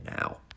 now